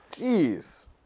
Jeez